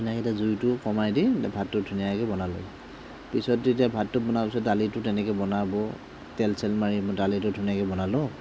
তেনেকৈ তেতিয়া জুইটো কমাই দি ভাতটো ধুনীয়াকৈ বনালোঁ পিছত তেতিয়া ভাতটো বনোৱা পিছত দালিটো তেনেকৈ বনাব তেল চেল মাৰি দালিটো ধুনীয়াকৈ বনালোঁ